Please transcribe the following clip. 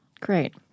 Great